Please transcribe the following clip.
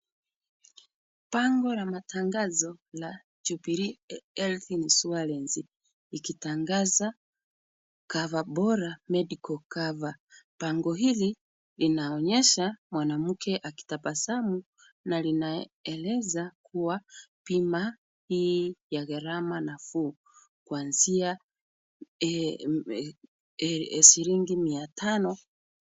Bango la matangazo la Jubilee Health Insurance likitangaza Coverbora Medical Cover . Bango hili linaonyesha mwanamke akitabasamu na linaeleza kuwa bima hii ya gharama nafuu. Kuanzia shilingi mia tano.